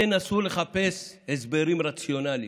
אל תנסו לחפש הסברים רציונליים.